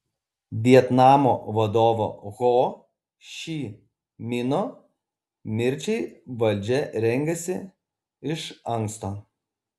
vietnamo vadovo ho ši mino mirčiai valdžia rengėsi iš anksto